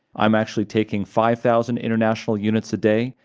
i'm actually taking five thousand international units a day.